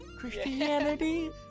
Christianity